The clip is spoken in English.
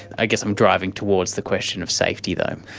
i guess i'm driving towards the question of safety though.